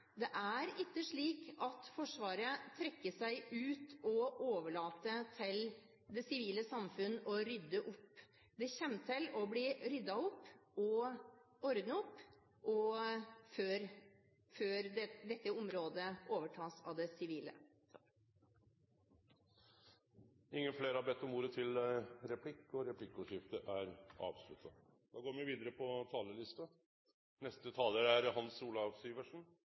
Det er ikke slik at Forsvaret trekker seg ut og overlater til det sivile samfunn å rydde opp. Det kommer til å bli ryddet opp og ordnet opp før dette området overtas av det sivile samfunn. Replikkordskiftet er dermed omme. Det er interessant for en som ikke sitter i komiteen, å følge denne debatten og